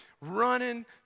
running